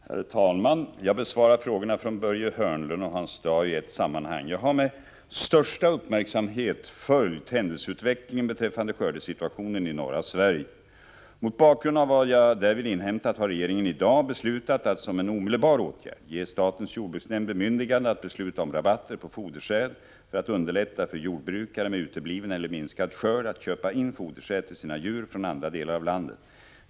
Herr talman! Jag besvarar frågorna från Börje Hörnlund och Hans Dau i ett sammanhang. Jag har med största uppmärksamhet följt händelseutvecklingen beträffande skördesituationen i norra Sverige. Mot bakgrund av vad jag därvid inhämtat har regeringen i dag beslutat att som en omedelbar åtgärd ge statens jordbruksnämnd bemyndigande att besluta om rabatter på fodersäd för att underlätta för jordbrukare med utebliven eller minskad skörd att köpa in fodersäd till sina djur från andra delar av landet.